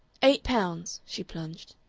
eight pounds, she plunged,